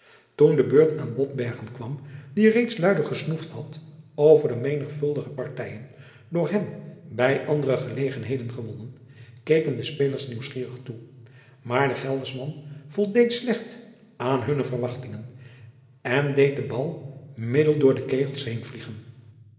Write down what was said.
toen de beurt aan botbergen kwam die reeds luide gesnoefd had over de menigvuldige partijen door hem bij andere gelegenheden gewonnen keken de spelers nieuwsgierig toe maar de gelderschman voldeed slecht aan jacob van lennep de pleegzoon hunne verwachting en deed den bal middel door de kegels heen